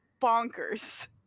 bonkers